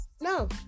no